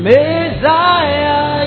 Messiah